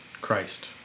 Christ